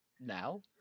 Now